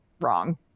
wrong